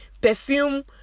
perfume